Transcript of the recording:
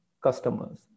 customers